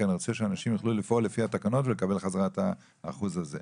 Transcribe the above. כי אני רוצה שאנשים יוכלו לפעול לפי התקנות ולקבל חזרה את האחוז הזה,